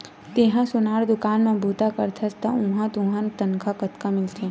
तेंहा सोनार दुकान म बूता करथस त उहां तुंहर तनखा कतका मिलथे?